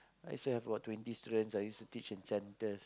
I still have about twenty students I used to teach in centres